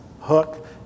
hook